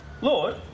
Lord